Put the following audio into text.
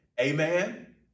Amen